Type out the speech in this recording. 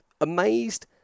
amazed